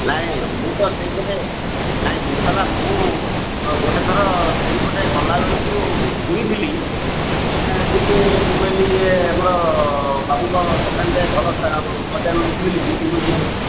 ନାଇଁ ମୁଁ ସେଇ ପଟେ ନାଇଁ ଜିନିଷ ହେଲା ମୁଁ ଗୋଟିଏ ଥର ସେଇ ପଟେ ଗଲା ବେଳକୁ ମୁଁ ଶୁଣିଥିଲି କିନ୍ତୁ ମୁଁ କହିଲି ଆମର ବାବୁଙ୍କ ଦୋକାନରେ ଭଲ ସେ ପରିବା ମିଳୁଛି ବୋଲି କି କିନ୍ତୁ ମୁଁ